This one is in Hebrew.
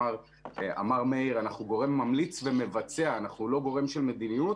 אמר מאיר שאנחנו גורם ממליץ ומבצע ולא גורם של מדיניות